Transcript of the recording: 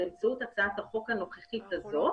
באמצעות הצעת החוק הנוכחית הזאת,